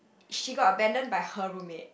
she got abandoned by her roommate